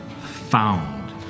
found